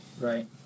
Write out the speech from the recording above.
right